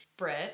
Brit